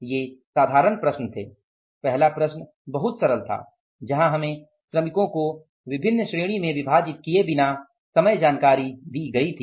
ये साधारण प्रश्न थे पहला प्रश्न बहुत सरल था जहां हमें श्रमिकों को विभिन्न श्रेणी में विभाजित किए बिना समग्र जानकारी दी गई थी